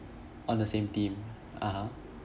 on the same team (uh huh)